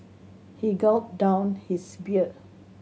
he gulped down his beer